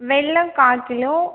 வெல்லம் கால் கிலோ